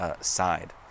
side